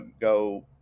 go